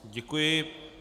Děkuji.